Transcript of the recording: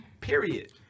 Period